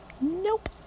Nope